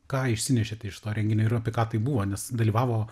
ką išsinešėt iš to renginio ir apie ką tai buvo nes dalyvavo